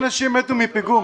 אתה יודע כמה אנשים מתו מפיגום?